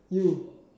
you